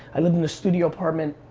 i lived in a studio apartment,